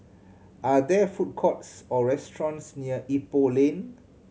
are there food courts or restaurants near Ipoh Lane